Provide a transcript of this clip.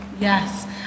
Yes